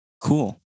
Cool